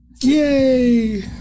yay